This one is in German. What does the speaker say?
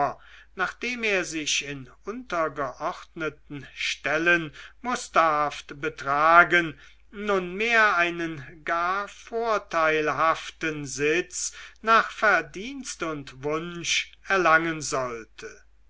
nachdem er sich in untergeordneten stellen musterhaft betragen nunmehr einen gar vorteilhaften sitz nach verdienst und wunsch erlangen sollte